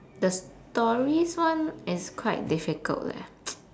the stories one is quite difficult leh